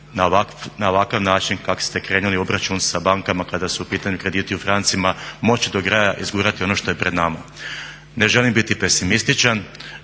na ovakav način kako ste krenuli u obračun sa bankama kada su pitanju krediti u francima moći do kraja izgurati ono što je pred nama. Ne želim biti pesimističan